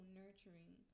nurturing